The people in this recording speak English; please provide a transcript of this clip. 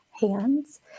hands